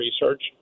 research